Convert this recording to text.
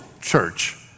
church